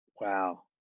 Wow